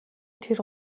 тэр